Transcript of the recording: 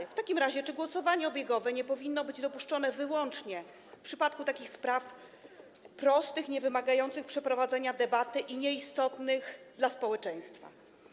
Czy w takim razie głosowanie obiegowe nie powinno być dopuszczone wyłącznie w przypadku takich spraw prostych, niewymagających przeprowadzenia debaty i nieistotnych dla społeczeństwa?